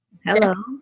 hello